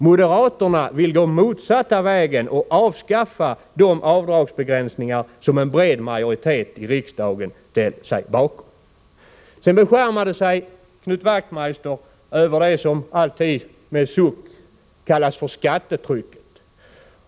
Moderaterna vill gå motsatta vägen och avskaffa de avdragsbegränsningar som en bred majoritet i riksdagen ställt sig bakom. Knut Wachtmeister beskärmade sig över det som — alltid med en suck — kallas för skattetrycket.